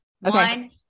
One